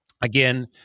Again